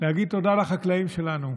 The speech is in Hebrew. להגיד תודה לחקלאים שלנו,